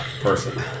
person